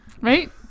Right